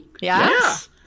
yes